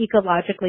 ecologically